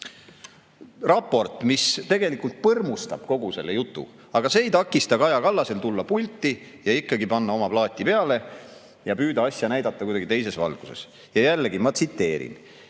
raport, mis tegelikult põrmustab kogu selle jutu. Aga see ei takista Kaja Kallasel tulla pulti, panna oma plaat peale ja püüda ikkagi näidata asja kuidagi teises valguses. Ja jällegi, ma tsiteerin.